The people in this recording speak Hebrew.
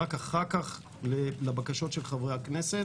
ורק אחר כך לבקשות של חברי הכנסת,